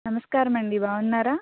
నమస్కారమండీ బాగున్నారా